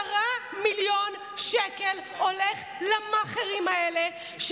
10 מיליון שקל הולכים למאכערים האלה,